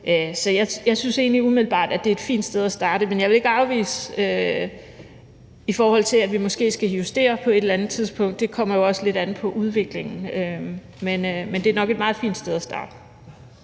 Så jeg synes egentlig umiddelbart, at det er et fint sted at starte, men jeg vil ikke afvise, at vi måske skal justere på noget på et eller andet tidspunkt; det kommer jo også lidt an på udviklingen. Men det er nok et meget fint sted at starte.